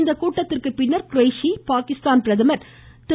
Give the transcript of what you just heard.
இக்கூட்டத்திற்கு பின்னர் குரேஷி பாகிஸ்தான் பிரதமர் திரு